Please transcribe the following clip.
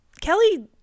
Kelly